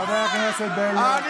חבר הכנסת בליאק, קריאה ראשונה.